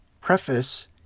preface